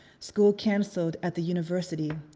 school canceled at the university,